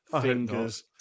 Fingers